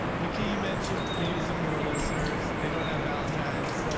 mickey you mentioned maybe some of our listeners. they don't have valentine's